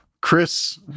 Chris